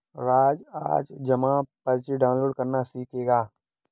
राज आज जमा पर्ची डाउनलोड करना सीखेगा